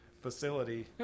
facility